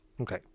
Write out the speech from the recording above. Okay